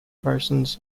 parsons